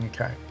Okay